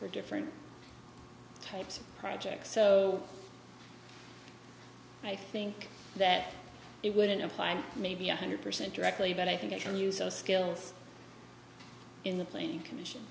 for different types of projects so i think that it wouldn't apply maybe one hundred percent directly but i think you can use those skills in the plane co